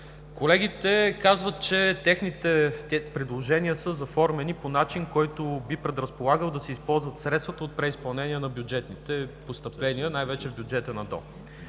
Колегите казват, че техните предложения са заформени по начин, който би предразполагал да се използват средствата от преизпълнение на бюджетните постъпления, най-вече в бюджета на ДОО.